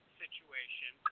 situation